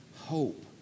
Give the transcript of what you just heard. hope